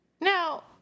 Now